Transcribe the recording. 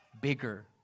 bigger